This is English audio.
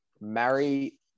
marry